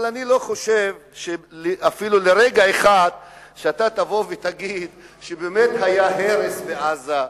אבל אני לא חושב אפילו לרגע אחד שאתה תבוא ותגיד שבאמת היה הרס בעזה,